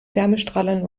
wärmestrahlern